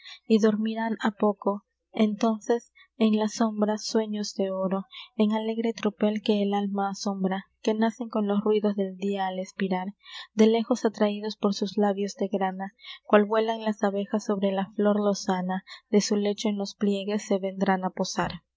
y dormirán á poco entónces en la sombra sueños de oro en alegre tropel que el alma asombra que nacen con los ruidos del dia al espirar de léjos atraidos por sus labios de grana cual vuelan las abejas sobre la flor lozana de su lecho en los pliegues se vendrán á posar